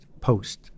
post